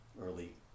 early